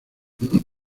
oriente